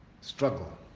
struggle